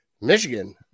Michigan